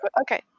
Okay